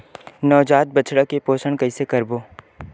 नवजात बछड़ा के पोषण कइसे करबो?